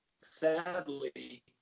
sadly